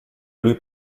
lui